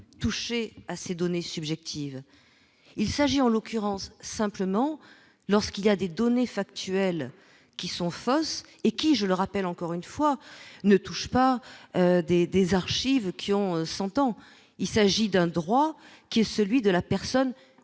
toucher à ces données subjectives, il s'agit en l'occurrence simplement lorsqu'il y a des données factuelles qui sont fausses et qui je le rappelle, encore une fois, ne touchent pas des des archives qui, on s'entend, il s'agit d'un droit qui est celui de la personne